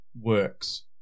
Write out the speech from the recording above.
works